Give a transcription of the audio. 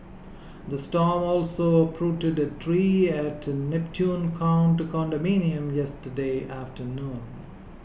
the storm also uprooted a tree at Neptune Court condominium yesterday afternoon